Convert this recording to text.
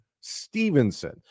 Stevenson